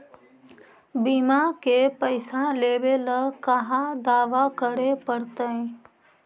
बिमा के पैसा लेबे ल कहा दावा करे पड़तै?